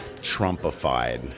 Trumpified